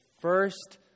first